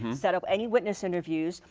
set up any witness interviews.